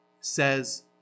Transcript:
says